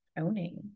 owning